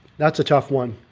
that's a tough one.